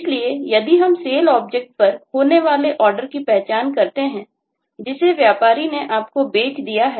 इसलिए यदि हम Sale ऑब्जेक्ट पर होने वाले Order की पहचान करते हैं जिसे व्यापारी ने आपको बेच दिया है